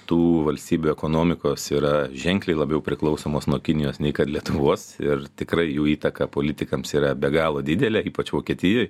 tų valstybių ekonomikos yra ženkliai labiau priklausomos nuo kinijos nei kad lietuvos ir tikrai jų įtaka politikams yra be galo didelė ypač vokietijoj